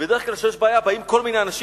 ובדרך כלל כשיש בעיה באים כל מיני אנשים